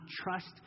trust